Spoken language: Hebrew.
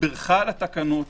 בירכה על התקנות.